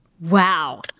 Wow